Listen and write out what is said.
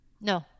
No